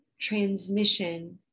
transmission